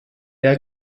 der